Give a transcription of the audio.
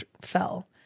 fell